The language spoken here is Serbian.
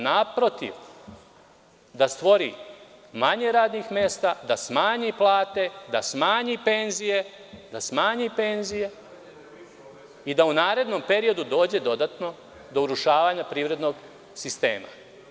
Naprotiv, da stvori manje radnih mesta, da smanji plate, da smanji penzije, i da u narednom periodu dođe dodatno do urušavanja privrednog sistema.